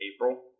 April